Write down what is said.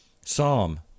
Psalm